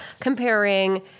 comparing